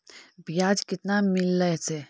बियाज केतना मिललय से?